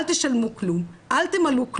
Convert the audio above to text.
אל תשלמו כלום, אל תמלאו כלום',